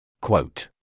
Quote